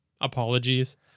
apologies